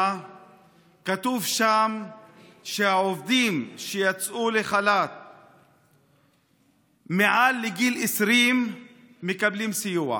כתוב שם שהעובדים מעל גיל 20 שיצאו לחל"ת מקבלים סיוע.